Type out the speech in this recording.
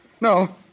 No